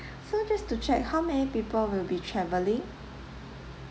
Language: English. so just to check how many people will be travelling